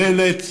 מצלצל?